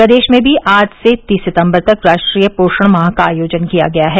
प्रदेश में भी आज से तीस सितम्बर तक राष्ट्रीय पोषण माह का आयोजन किया गया है